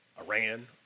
Iran